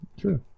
True